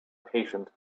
patient